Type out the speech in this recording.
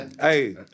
Hey